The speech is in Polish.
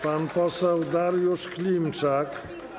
Pan poseł Dariusz Klimczak.